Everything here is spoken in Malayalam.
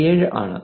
7 ആണ്